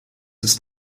ist